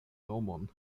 nomon